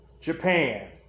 Japan